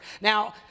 Now